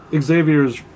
Xavier's